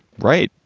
right.